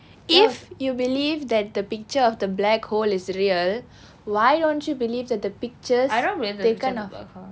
if you believe that the picture of the black hole is real why don't you believe that the pictures taken of